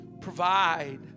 Provide